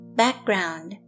background